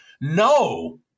No